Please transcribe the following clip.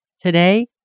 Today